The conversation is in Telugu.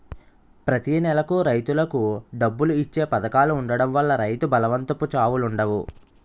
ప్రతి నెలకు రైతులకు డబ్బులు ఇచ్చే పధకాలు ఉండడం వల్ల రైతు బలవంతపు చావులుండవు